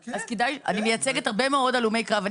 אני מייצגת הרבה מאוד הלומי קרב.